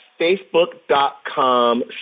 facebook.com